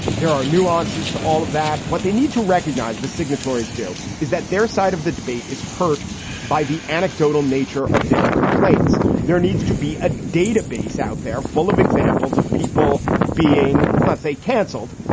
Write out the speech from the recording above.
there are nuances to all of that. what they need to recognize the signatories do is that their side of the debate is hurt by the anecdotal nature of their complaints. there needs to be a database out there full of examples of people being with thoughts they canceled.